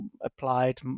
applied